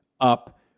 up